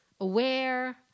aware